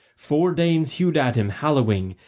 four danes hewed at him, halloing,